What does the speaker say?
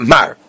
Mar